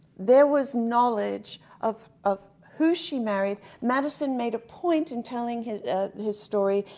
there was knowledge of of who she married. madison made a point in telling his his story,